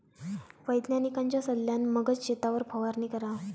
वैज्ञानिकांच्या सल्ल्यान मगच शेतावर फवारणी करा